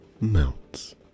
melts